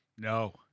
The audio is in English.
No